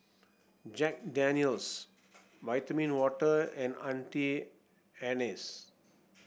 Jack Daniel's Vitamin Water and Auntie Anne's